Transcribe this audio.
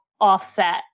offset